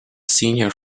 senior